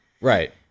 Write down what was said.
Right